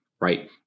right